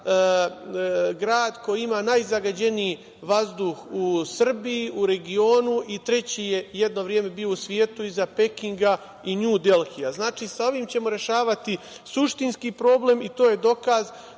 grad koji ima najzagađeniji vazduh u Srbiji, u regionu i treći je jedno vreme bio u svetu iza Pekinga i Nju Delhija. Znači, sa ovim ćemo rešavati suštinski problem i to je dokaz